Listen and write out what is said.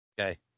Okay